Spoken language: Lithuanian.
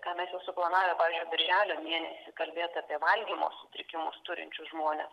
ką mes jau suplanavę pavyzdžiui birželio mėnesį kalbėt apie valgymo sutrikimų turinčius žmones